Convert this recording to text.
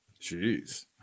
Jeez